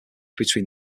between